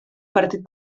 partit